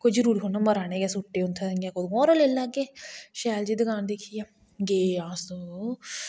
कोई जरुरी थोह्ड़ी ना ऐ उस्सै दकानै उपरा लैना कुतै उद्धरा लेई लैगे शैल जेही दकान दिक्खियै गै अस